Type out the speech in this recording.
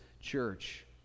church